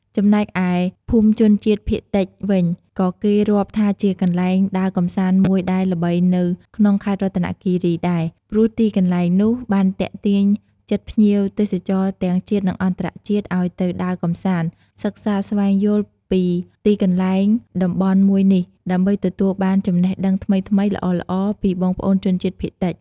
ចំណែកឯ ភូមិជនជាតិភាគតិចវិញក៏គេរាប់ថាជាកន្លែងដើរកម្សាន្តមួយដែលល្បីនៅក្នុងខេត្តរតនគីរីដែរ ព្រោះទីកន្លែងនោះបានទាក់ទាញចិត្តភ្ញៀវទេសចរទាំងជាតិនិងអន្តរជាតិឲ្យទៅដើរកម្សាន្ត សិក្សាស្វែងយល់ពីទីកន្លែងតំបន់មួយនេះ ដើម្បីទទួលលបានចំណេះដឹងថ្មីៗល្អៗពីបងប្អូនជនជាតិភាគតិច។